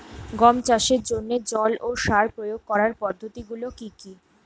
গম চাষের জন্যে জল ও সার প্রয়োগ করার পদ্ধতি গুলো কি কী?